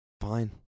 Fine